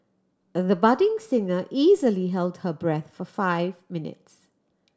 the budding singer easily held her breath for five minutes